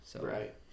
Right